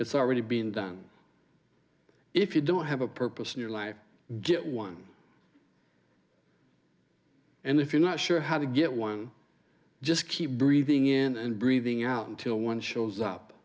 it's already been done if you don't have a purpose in your life get one and if you're not sure how to get one just keep breathing in and breathing out until one shows up